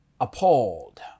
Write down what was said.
appalled